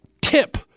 tip